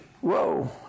Whoa